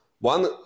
One